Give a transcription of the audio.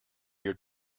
your